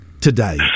today